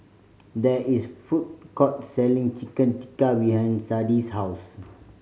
there is food court selling Chicken Tikka behind Sadie's house